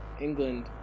england